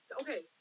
Okay